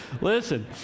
listen